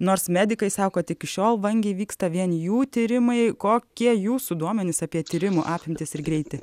nors medikai sako kad iki šiol vangiai vyksta vien jų tyrimai kokie jūsų duomenys apie tyrimų apimtis ir greitį